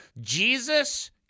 Jesus